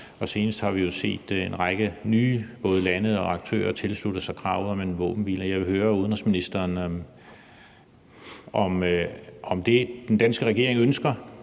Senest har vi set både en række nye lande og aktører tilslutte sig kravet om en våbenhvile. Jeg vil høre udenrigsministeren, om det, den danske regering ønsker,